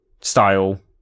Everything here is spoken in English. style